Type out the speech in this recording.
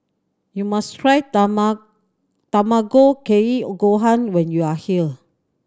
you must try Tamago Kake Gohan when you are here